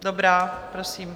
Dobrá, prosím.